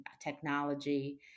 technology